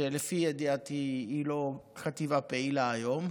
שלפי ידיעתי היא לא חטיבה פעילה היום,